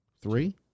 three